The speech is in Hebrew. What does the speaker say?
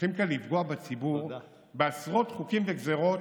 הולכים כאן לפגוע בציבור בעשרות חוקים וגזרות